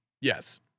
Yes